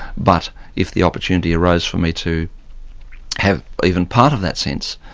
but if the opportunity arose for me to have even part of that sense,